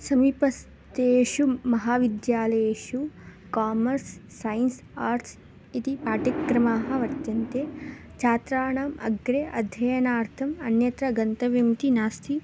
समीपस्थेषु महाविद्यालयेषु commerce science arts इति पाठ्यक्रमाः वर्तन्ते छात्राणाम् अग्रे अध्ययनार्थम् अन्यत्र गन्तव्यमिति नास्ति